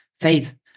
Faith